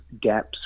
gaps